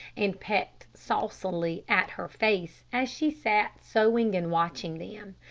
and pecked saucily at her face as she sat sewing and watching them.